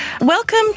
Welcome